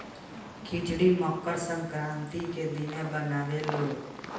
खिचड़ी मकर संक्रान्ति के दिने बनावे लालो